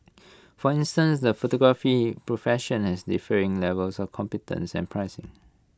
for instance the photography profession has differing levels of competence and pricing